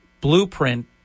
blueprint